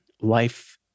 life